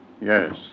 yes